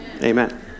Amen